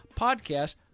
podcast